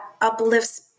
uplifts